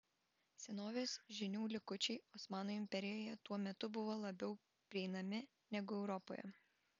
senovės žinių likučiai osmanų imperijoje tuo metu buvo labiau prieinami negu europoje